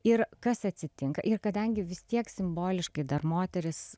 ir kas atsitinka ir kadangi vis tiek simboliškai dar moterys